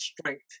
strength